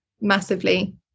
Massively